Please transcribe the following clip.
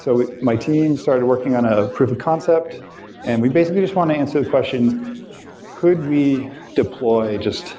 so my team started working on a proof of concept and we basically just want to answer the question could be deploy just